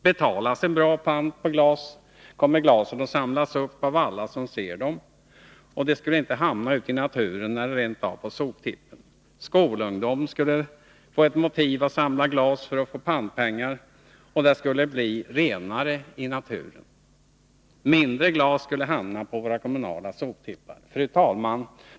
Betalas en bra pant på glas kommer glasen att samlas upp av alla som ser dem, om de skulle hamna ute i naturen eller rent av på soptippen. Skolungdom skulle få ett motiv att samla glas för att få pantpengar, och det skulle bli renare i naturen. Mindre glas skulle hamna på våra kommunala soptippar. Fru talman!